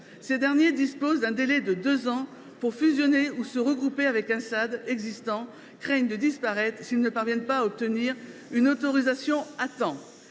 Ces derniers disposant d’un délai de deux ans pour fusionner ou se regrouper avec un SAD existant, ils craignent de disparaître s’ils ne parviennent pas à obtenir à temps une autorisation.